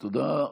תודה.